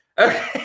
Okay